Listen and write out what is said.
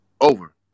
over